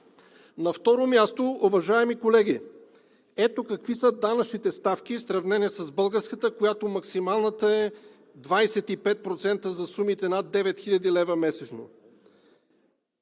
На второ място, уважаеми колеги, ето какви са данъчните ставки в сравнение с българската, на която максималната е 25% за сумите над 9000 лв. месечно.